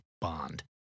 Bond